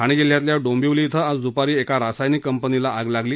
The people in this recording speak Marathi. ठाणे जिल्ह्यातल्या डोंबिवली इथं आज दूपारी एका रासायनिक कंपनीला आग लागली